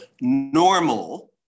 normal